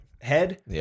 head